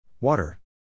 Water